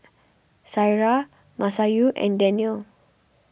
Syirah Masayu and Danial